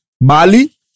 Mali